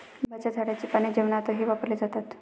लिंबाच्या झाडाची पाने जेवणातही वापरले जातात